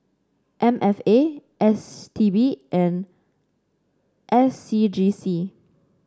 M F A S T B and S C G C